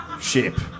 Ship